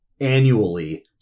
annually